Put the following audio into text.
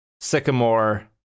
sycamore